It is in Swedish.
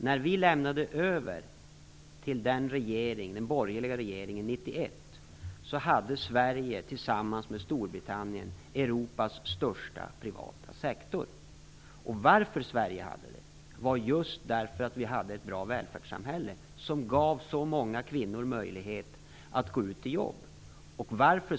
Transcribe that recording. När vi lämnade över till den borgerliga regeringen Europas största privata sektor. Sverige hade det just därför att vi hade ett bra välfärdssamhälle, som gav så många kvinnor möjlighet att gå ut i jobb.